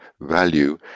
value